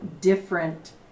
different